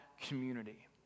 community